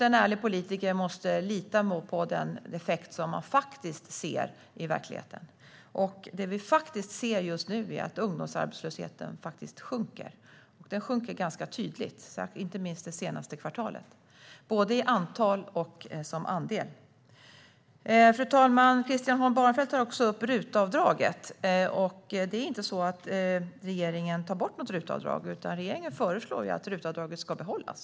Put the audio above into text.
En ärlig politiker måste lita på den effekt som faktiskt kan ses i verkligheten. Och det vi faktiskt ser just nu är att ungdomsarbetslösheten sjunker. Den sjunker ganska tydligt, inte minst under det senaste kvartalet, både i antal och som andel. Christian Holm Barenfeld tar också upp RUT-avdraget. Regeringen tar inte bort något RUT-avdrag. Regeringen föreslår ju att RUT-avdraget ska behållas.